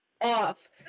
off